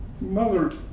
Mother